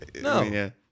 No